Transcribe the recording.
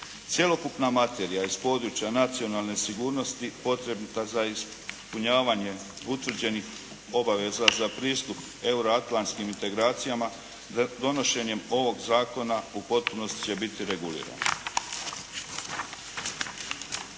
Cjelokupna materija iz područja nacionalne sigurnosti potrebita za ispunjavanje utvrđenih obaveza za pristup euroatlantskim integracijama, donošenjem ovoga zakona u potpunosti će biti reguliran.